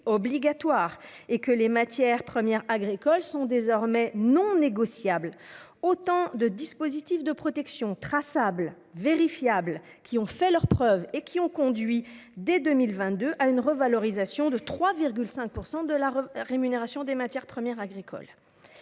obligatoire et que les matières premières agricoles sont désormais non négociables : autant de dispositifs de protection traçables, vérifiables, qui ont fait leurs preuves, en conduisant dès 2022 à une revalorisation de 3,5 % de la rémunération des matières premières agricoles.